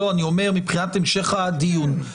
אני אומר מבחינת המשך הדיון.